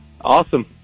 Awesome